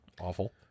awful